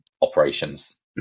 operations